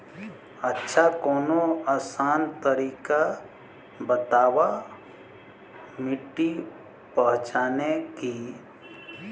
अच्छा कवनो आसान तरीका बतावा मिट्टी पहचाने की?